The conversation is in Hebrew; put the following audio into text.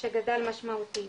שגדל משמעותית,